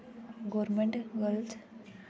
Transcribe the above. government girls